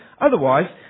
Otherwise